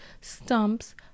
stumps